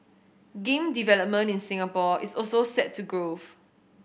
game development in Singapore is also set to grow